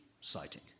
citing